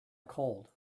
cold